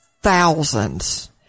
Thousands